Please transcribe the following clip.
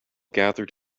gathered